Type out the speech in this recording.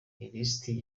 ilisiti